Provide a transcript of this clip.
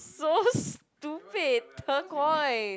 so stupid turquoise